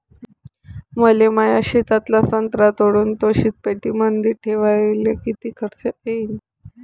मले माया शेतातला संत्रा तोडून तो शीतपेटीमंदी ठेवायले किती खर्च येईन?